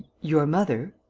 your mother?